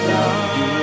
Love